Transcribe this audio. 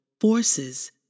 forces